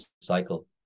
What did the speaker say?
cycle